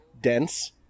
dense